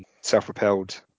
self-propelled